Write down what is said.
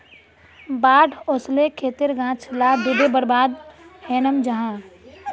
बाढ़ ओस्ले खेतेर गाछ ला डूबे बर्बाद हैनं जाहा